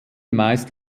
meist